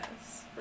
Yes